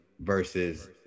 versus